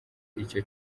ico